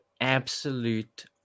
absolute